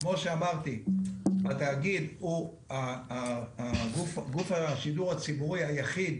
התאגיד הוא גוף השידור הציבורי היחיד